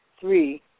Three